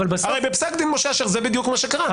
הרי בפסק דין משה אשר זה בדיוק מה שקרה.